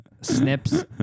snips